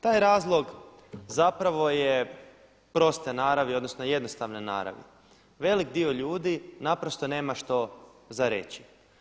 Taj razlog zapravo je proste naravi odnosno jednostavne naravi, velik dio ljudi naprosto nema što za reći.